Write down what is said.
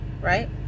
right